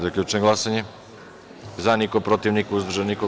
Zaključujem glasanje: za – niko, protiv – niko, uzdržanih – nema.